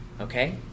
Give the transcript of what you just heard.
Okay